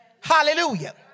Hallelujah